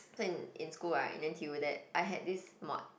so in in school right in N_T_U that I had this mod